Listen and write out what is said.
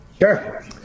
Sure